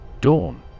Dawn